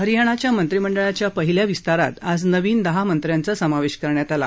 हरियाणाच्या मंत्रिमंडळाच्या पहिल्या विस्तारात आज नवीन दहा मंत्र्यांचा समावेश करण्यात आला